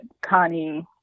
Connie